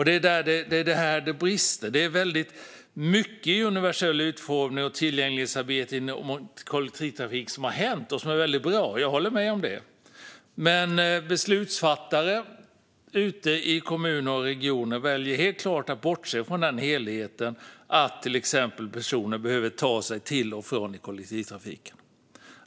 Det är här det brister. Det har hänt väldigt mycket i form av universell utformning och tillgänglighetsarbete inom kollektivtrafiken som är väldigt bra; jag håller med om det. Men beslutsfattare ute i kommuner och regioner väljer helt klart att bortse från helheten, till exempel att personer behöver ta sig till och från kollektivtrafiken.